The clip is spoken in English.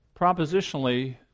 propositionally